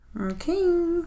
Okay